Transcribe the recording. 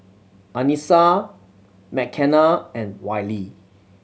Anissa Mckenna and Wiley